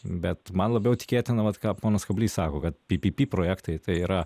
bet man labiau tikėtina vat ką ponas kablys sako kad pypypy projektai tai yra